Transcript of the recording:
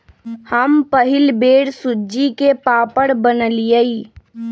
हम पहिल बेर सूज्ज़ी के पापड़ बनलियइ